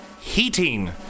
heating